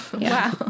Wow